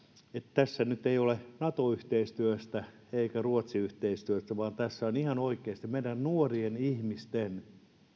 tässä nyt ei ole kyse nato yhteistyöstä eikä ruotsi yhteistyöstä vaan tässä on ihan oikeasti meidän nuorien ihmistemme